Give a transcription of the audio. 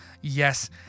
yes